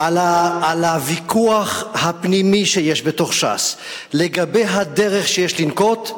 על הוויכוח הפנימי שיש בש"ס לגבי הדרך שיש לנקוט,